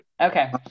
okay